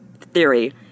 theory